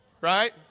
right